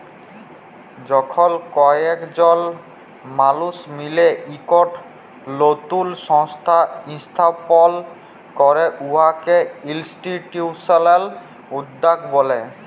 যখল কয়েকজল মালুস মিলে ইকট লতুল সংস্থা ইস্থাপল ক্যরে উয়াকে ইলস্টিটিউশলাল উদ্যক্তা ব্যলে